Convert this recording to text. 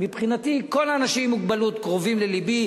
מבחינתי כל האנשים עם מוגבלות קרובים ללבי,